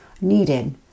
needed